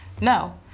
No